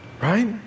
right